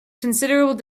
considerable